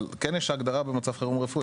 אבל כן יש הגדרה במצב חירום רפואי.